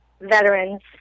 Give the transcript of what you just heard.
veterans